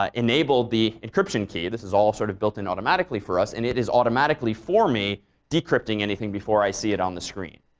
ah enabled the encryption key. this is all sort of built in automatically for us and it is automatically for me decrypting anything before i see it on the screen.